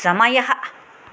समयः